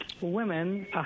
women